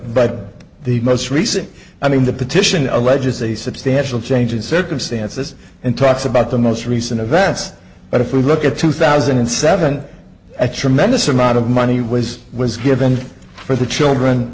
but the most recent i mean the petition alleges a substantial change in circumstances and talks about the most recent events but if you look at two thousand and seven a tremendous amount of money was was given for the children